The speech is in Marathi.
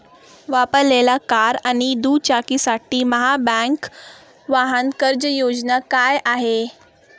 वापरलेल्या कार आणि दुचाकीसाठी महाबँक वाहन कर्ज योजना काय आहे?